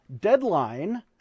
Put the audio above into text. deadline